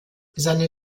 seine